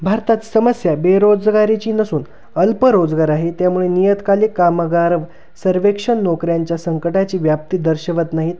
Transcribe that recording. भारतात समस्या बेरोजगारीची नसून अल्परोजगार आहे त्यामुळे नियतकालिक कामगार सर्वेक्षण नोकऱ्यांच्या संकटाची व्याप्ती दर्शवत नाहीत